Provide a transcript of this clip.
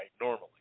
normally